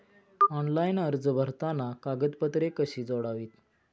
Online अर्ज भरताना कागदपत्रे कशी जोडावीत?